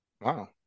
Wow